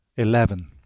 eleven.